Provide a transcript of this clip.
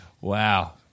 Wow